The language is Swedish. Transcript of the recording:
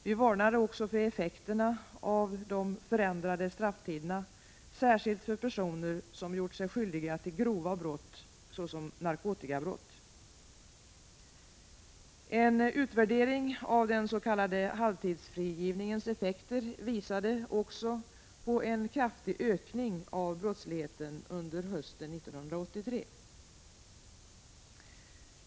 Vi varnade också för effekterna av de förändrade strafftiderna särskilt för personer som gjort sig skyldiga till grova brott såsom narkotikabrott. En utvärdering av den s.k. halvtidsfrigivningens effekter visade också på en kraftig ökning av brottsligheten under hösten 1983.